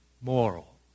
moral